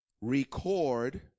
record